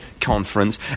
conference